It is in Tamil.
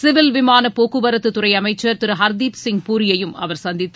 சிவில் விமான போக்குவரத்துத் துறை அமைச்சர் திரு ஹர்தீப்சிங் பூரியையும் அவர் சந்தித்து